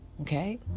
Okay